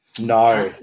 No